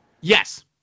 Yes